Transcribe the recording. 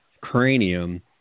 cranium